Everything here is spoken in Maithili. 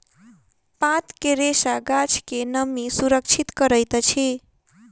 पात के रेशा गाछ के नमी सुरक्षित करैत अछि